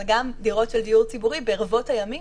אבל גם בדירות של דיור ציבורי ברבות הימים,